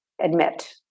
admit